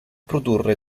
produrre